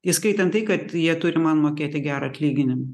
įskaitant tai kad jie turi man mokėti gerą atlyginimą